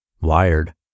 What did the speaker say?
Wired